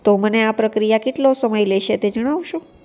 તો મને આ પ્રક્રિયા કેટલો સમય લેશે તે જણાવશો